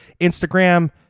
Instagram